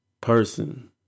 person